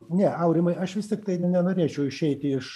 ne aurimai aš vis tiktai nenorėčiau išeiti iš